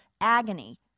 agony